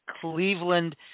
cleveland